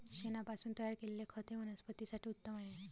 शेणापासून तयार केलेले खत हे वनस्पतीं साठी उत्तम आहे